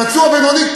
פצוע בינוני,